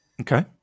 Okay